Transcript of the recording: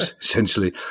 essentially